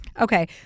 Okay